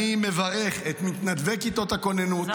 אני מברך את מתנדבי כיתות הכוננות -- זאת